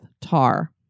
tar